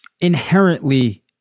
inherently